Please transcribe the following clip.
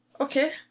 Okay